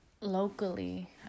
locally